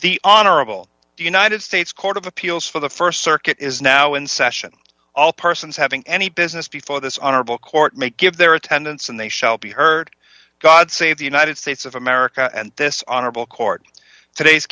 the honorable united states court of appeals for the st circuit is now in session all persons having any business before this honorable court make give their attendance and they shall be heard god save the united states of america and this honorable court today's